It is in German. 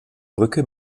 brücke